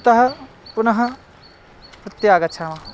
अतः पुनः प्रत्यागच्छामः